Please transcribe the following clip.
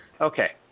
Okay